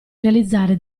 realizzare